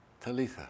Talitha